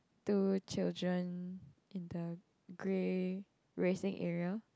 two children in the grey racing area